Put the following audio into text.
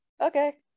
okay